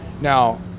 Now